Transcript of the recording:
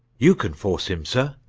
you can force him, sir.